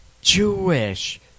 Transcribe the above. Jewish